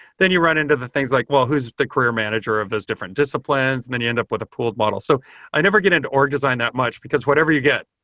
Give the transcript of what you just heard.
then you run into the things like, well, who's the career manager of those different disciplines? then you end up with a pooled model. so i never get into org design that much, because whatever you get,